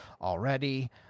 already